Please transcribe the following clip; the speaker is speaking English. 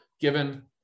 given